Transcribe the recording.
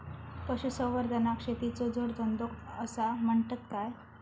पशुसंवर्धनाक शेतीचो जोडधंदो आसा म्हणतत काय?